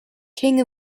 king